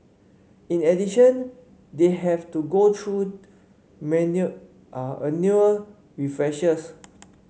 in addition they have to go through annual refreshers